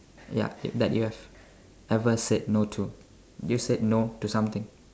ya that you have ever said no to you said no to something